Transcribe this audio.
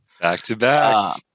Back-to-back